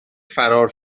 فرار